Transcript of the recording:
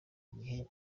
n’igihe